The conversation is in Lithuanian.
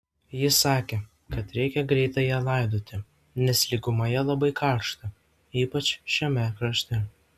jis sakė kad reikia greitai ją laidoti nes lygumoje labai karšta ypač šiame krašte